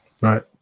Right